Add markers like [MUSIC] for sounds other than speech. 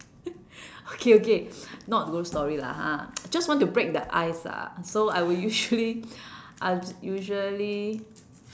[LAUGHS] okay okay not ghost story lah ha just want to break the ice ah so I will usually I'm usually